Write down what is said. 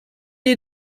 est